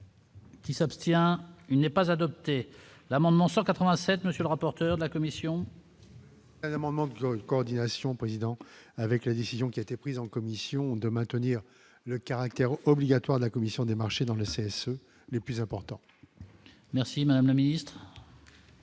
Qui s'abstient, il n'est pas adopté l'amendement 187 monsieur le rapporteur de la commission. Un amendement qui une coordination président avec la décision qui a été prise en commission de maintenir le caractère obligatoire de la commission des marchés dans le sait : ce n'est plus important. Merci, Madame la Ministre.